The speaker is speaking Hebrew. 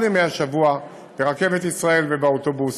ימי השבוע ברכבת ישראל ובאוטובוסים.